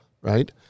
right